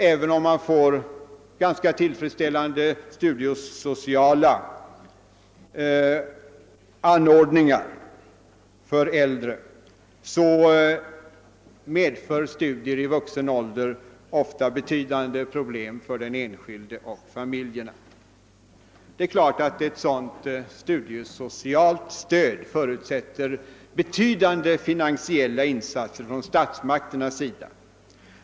Även om man åstadkommer ganska tillfredsställande studiesociala anordningar för äldre, medför studier i vuxen ålder ofta betydande problem för den enskilde och hans familj. Ett studiesocialt stöd förutsätter naturligtvis betydande finansiella insatser från statsmakternas sida.